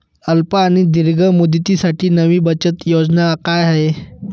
अल्प आणि दीर्घ मुदतीसाठी नवी बचत योजना काय आहे?